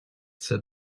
said